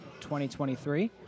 2023